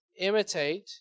imitate